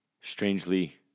Strangely